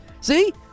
See